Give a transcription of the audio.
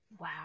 Wow